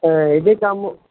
ਇਹਦੇ ਕੰਮ